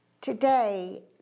Today